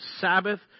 Sabbath